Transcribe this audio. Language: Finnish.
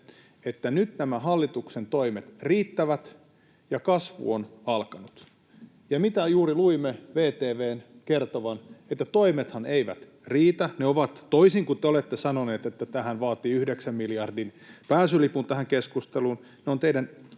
että nyt nämä hallituksen toimet riittävät ja kasvu on alkanut, ja mitä juuri luimme VTV:n kertovan: Toimethan eivät riitä. Toisin kuin te olette sanoneet, että tähän keskusteluun vaaditaan